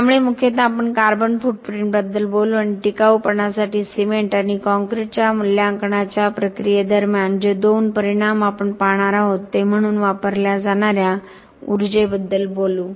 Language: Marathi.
त्यामुळे मुख्यतः आपण कार्बन फूटप्रिंटबद्दल बोलू आणि टिकाऊपणासाठी सिमेंट आणि कॉंक्रिटच्या मूल्यांकनाच्या प्रक्रियेदरम्यान जे दोन परिणाम आपण पाहणार आहोत ते म्हणून वापरल्या जाणार्या ऊर्जेबद्दल बोलू